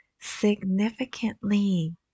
significantly